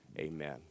amen